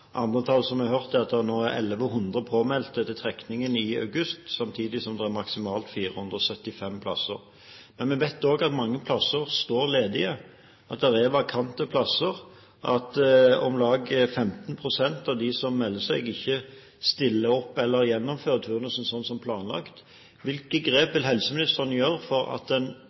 Andre tall jeg har hørt, er at det er 1 100 påmeldte til trekningen i august, samtidig som det er maksimalt 475 plasser. Vi vet også at mange plasser står ledige, at det er vakante plasser, at om lag 15 pst. av dem som melder seg, ikke stiller opp eller gjennomfører turnusen som planlagt. Hvilke grep vil helseministeren ta når man ikke blir kvitt den